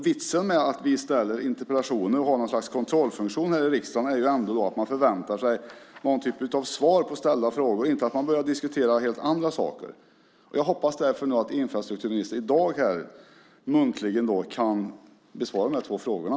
Vitsen med att vi ställer interpellationer och har något slags kontrollfunktion här i riksdagen är att vi förväntar oss någon typ av svar på ställda frågor, inte att man börjar diskutera helt andra saker. Jag hoppas därför att infrastrukturministern i dag muntligen kan besvara de två frågorna.